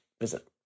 visit